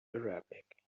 arabic